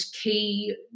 key